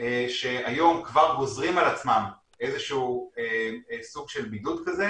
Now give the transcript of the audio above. שהיום כבר גוזרים על עצמם איזה שהוא סוג של בידוד כזה,